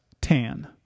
Tan